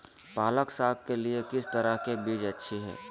पालक साग के लिए किस तरह के बीज अच्छी है?